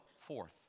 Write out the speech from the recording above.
forth